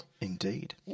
Indeed